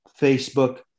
Facebook